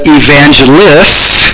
evangelists